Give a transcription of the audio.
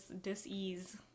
dis-ease